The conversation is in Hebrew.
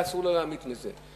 אסור היה לו להמעיט מזה.